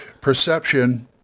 Perception